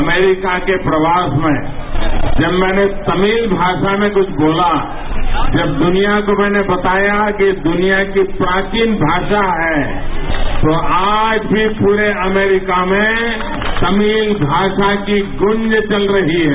America के प्रवास में जब मैंने तमिल भाषा में कुछ बोला जब दुनिया को मैंने बताया कि दुनिया की प्राचीन भाषा है तो आज भी पूरे अमेरिका में तमिल भाषा की गुंज चल रही है